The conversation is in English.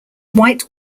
white